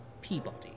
Peabody